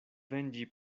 venĝi